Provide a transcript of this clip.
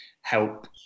help